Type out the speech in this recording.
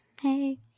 Hey